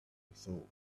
thought